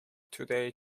today